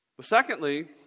Secondly